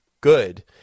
good